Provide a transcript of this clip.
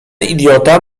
idiota